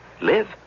Live